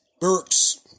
Burks